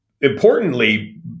importantly